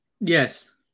Yes